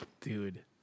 Dude